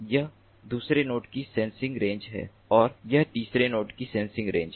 यह दूसरे नोड की सेंसिंग रेंज है और यह तीसरे नोड की सेंसिंग रेंज है